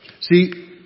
See